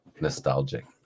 nostalgic